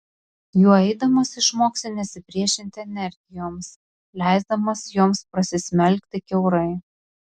juo eidamas išmoksi nesipriešinti energijoms leisdamas joms prasismelkti kiaurai